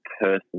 person